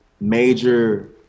major